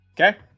Okay